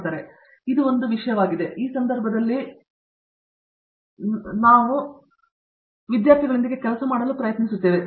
ಆದ್ದರಿಂದ ಅದು ಒಂದು ವಿಷಯವಾಗಿದೆ ಮತ್ತು ಆ ಸಂದರ್ಭದಲ್ಲಿ ನಾವು ಸೋಮೆತಿ ಎಂಬುದನ್ನು ನೋಡಲು ವಿದ್ಯಾರ್ಥಿಗಳೊಂದಿಗೆ ಕೆಲಸ ಮಾಡಲು ಪ್ರಯತ್ನಿಸುತ್ತೇವೆ